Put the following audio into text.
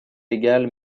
légal